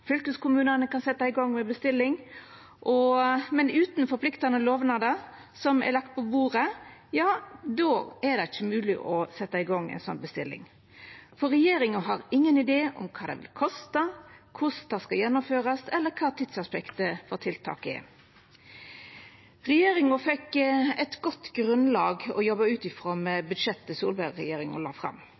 fylkeskommunane kan setja i gang med bestilling, men utan forpliktande lovnader som er lagde på bordet, er det ikkje mogleg å setja i gang ei slik bestilling. For regjeringa har ingen idé om kva det vil kosta, korleis det skal gjennomførast, eller kva tidsaspektet for tiltak er. Regjeringa fekk eit godt grunnlag å jobba ut frå, med budsjettet Solberg-regjeringa la fram.